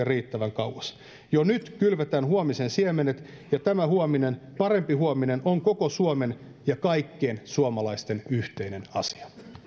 riittävän kauas tulevaisuuteen jo nyt kylvetään huomisen siemenet ja tämä huominen parempi huominen on koko suomen ja kaikkien suomalaisten yhteinen asia